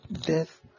death